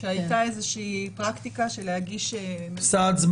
שהייתה פרקטיקה של להגיש סעד זמני.